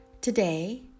Today